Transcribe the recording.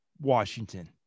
Washington